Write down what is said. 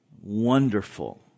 wonderful